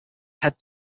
head